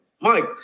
Mike